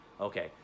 Okay